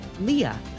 leah